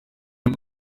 ari